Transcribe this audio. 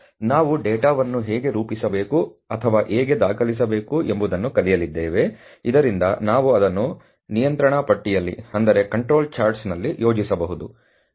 ನಾವು ಡೇಟಾವನ್ನು ಹೇಗೆ ರೂಪಿಸಬೇಕು ಅಥವಾ ಹೇಗೆ ದಾಖಲಿಸಬೇಕು ಎಂಬುದನ್ನು ಕಲಿಯಲಿದ್ದೇವೆ ಇದರಿಂದ ನಾವು ಅದನ್ನು ನಿಯಂತ್ರಣ ಪಟ್ಟಿಯಲ್ಲಿ ಯೋಜಿಸಬಹುದು